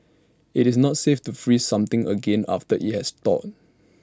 IT is not safe to freeze something again after IT has thawed